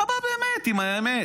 אתה בא באמת עם האמת.